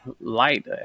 light